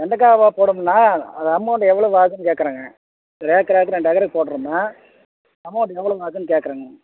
வெண்டக்காய் போ போடணும்னால் அது அமௌண்ட் எவ்வளவு ஆகும்னு கேட்கறங்க ஏக்கராக்கு ரெண்டு ஏக்கராக்கு போடறோம்ன்னா அமௌண்ட் எவ்வளவு ஆகும்னு கேட்கறங்க